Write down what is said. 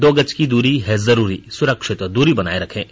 दो गज की दूरी है जरूरी सुरक्षित दूरी बनाए रखें